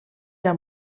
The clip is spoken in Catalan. era